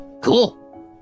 Cool